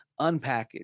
unpackaged